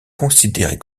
considérée